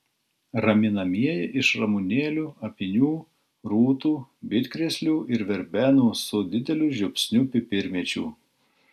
raminamieji iš ramunėlių apynių rūtų bitkrėslių ir verbenų su dideliu žiupsniu pipirmėčių